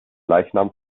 leichnam